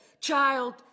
child